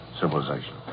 civilization